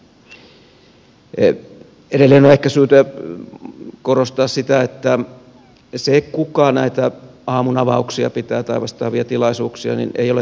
edelleen on ehkä syytä korostaa sitä että se kuka näitä aamunavauksia tai vastaavia tilaisuuksia pitää ei ole ratkaisevaa